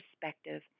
perspective